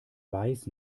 weiß